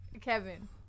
Kevin